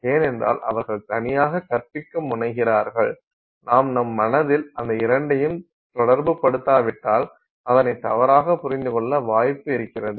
ஏனென்றால் அவர்கள் தனியாக கற்பிக்க முனைகிறார்கள் நாம் நம் மனதில் அந்த இரண்டையும் தொடர்புபடுத்தாவிட்டால் அதனை தவறாக புரிந்துக் கொள்ள வாய்ப்பு இருக்கிறது